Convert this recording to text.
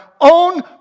Own